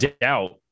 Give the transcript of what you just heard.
doubt